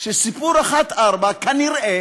שסיפור 1 4 כנראה